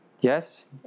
Yes